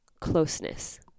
closeness